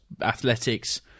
athletics